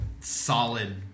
solid